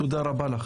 תודה רבה לך.